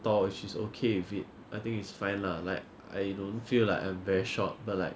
tall if she's okay with it I think it's fine lah like I don't feel like I'm very short but like